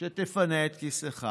שתפנה את כיסאך